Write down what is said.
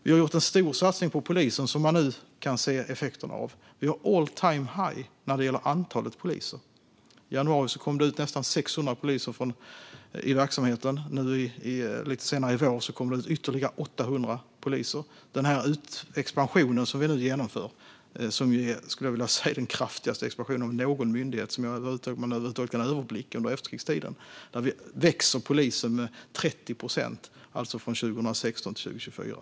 Vi har gjort en stor satsning på polisen som man nu kan se effekterna av. Vi har all-time-high när det gäller antalet poliser. I januari kom det ut nästan 600 poliser i verksamheten. Lite senare i vår kommer det ut ytterligare 800 poliser. Expansionen som vi nu genomför skulle jag vilja säga är den kraftigaste expansionen av någon myndighet som man över huvud taget kan överblicka under efterkrigstiden. Vi ser till att polisen växer med 30 procent från 2016 till 2024.